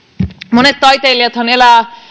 monet taiteilijathan elävät